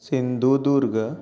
Sindhudurg